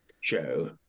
show